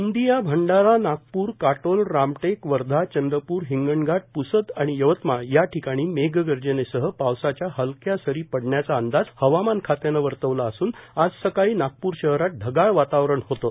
गोंदिया भंडारा नागप्र काटोल रामटेक वर्धा चंद्रप्र हिंगणघाट प्सद आणि यवतमाळ याठिकाणी मेघगर्जनेसह पावसाच्या हलक्या सरी पडण्याचा अंदाज हवामान खात्यानं वर्तवला असून आज सकाळी नागपूर शहरात ढगाळ वातावरण होतं